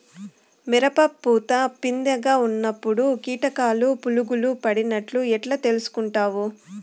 మిరప పూత పిందె గా ఉన్నప్పుడు కీటకాలు పులుగులు పడినట్లు ఎట్లా తెలుసుకుంటావు?